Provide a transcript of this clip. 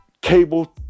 cable